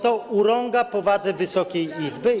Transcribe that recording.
To urąga powadze Wysokiej Izby.